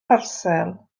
parsel